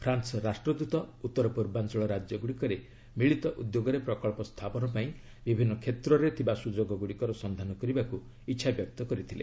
France ରାଷ୍ଟ୍ରଦୂତ ଉତ୍ତର ପୂର୍ବାଞ୍ଚଳ ରାକ୍ୟଗୁଡ଼ିକରେ ମିଳିତ ଉଦ୍ୟୋଗରେ ପ୍ରକଳ୍ପ ସ୍ଥାପନ ପାଇଁ ବିଭିନ୍ନ କ୍ଷେତ୍ରରେ ଥିବା ସୁଯୋଗ ଗୁଡ଼ିକର ସନ୍ଧାନ କରିବାକୁ ଇଚ୍ଛା ବ୍ୟକ୍ତ କରିଥିଲେ